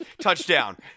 touchdown